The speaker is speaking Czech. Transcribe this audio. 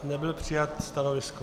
Nebylo přijato stanovisko.